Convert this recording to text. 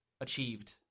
achieved